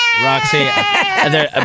Roxy